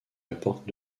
apportent